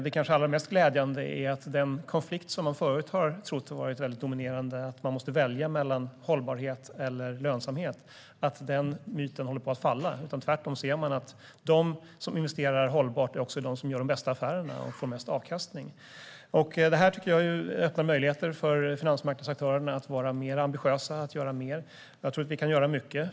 Det kanske allra mest glädjande är att den konflikt som man förut har trott varit väldigt dominerande, att man måste välja hållbarhet eller lönsamhet, är en myt som håller på att falla. Tvärtom ser vi att de som investerar hållbart också är de som gör de bästa affärerna och får mest avkastning. Det öppnar möjligheterna för finansmarknadsaktörerna att vara mer ambitiösa och göra mer. Jag tror att vi kan göra mycket.